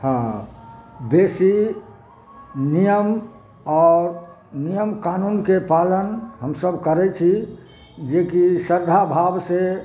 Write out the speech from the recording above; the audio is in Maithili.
हँ बेसी नियम आओर नियम कानूनके पालन हमसभ करै छी जेकि श्रद्धा भाव से